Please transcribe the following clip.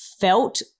felt